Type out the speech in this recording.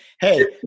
hey